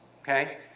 okay